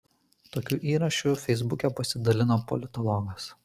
tokiu įrašu feisbuke pasidalino politologas